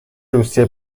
روسیه